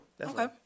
Okay